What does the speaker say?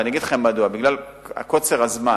ואני אגיד לכם מדוע: בגלל קוצר הזמן.